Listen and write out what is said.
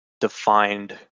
defined